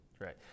right